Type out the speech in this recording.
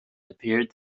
appeared